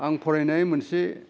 आं फरायनाय मोनसे